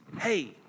Hey